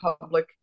public